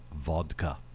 vodka